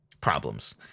problems